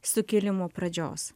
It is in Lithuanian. sukilimo pradžios